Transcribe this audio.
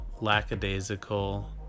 lackadaisical